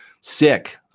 Sick